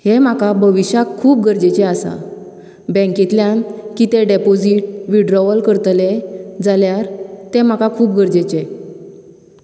हें म्हाका भविश्याक खूब गरजेचे आसा बँकेतल्यान कितें डॅपोसिट विड्रोवल करतले जाल्यार तें म्हाका खूब गरजेचे